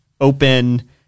open –